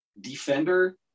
defender